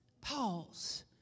pause